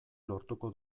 lortuko